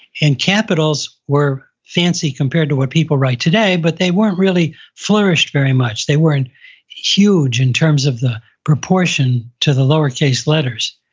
and capitals were fancy compared to what people write today, but they weren't really flourished very much. they were huge in terms of the proportion to the lower case letters.